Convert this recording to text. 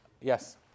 Yes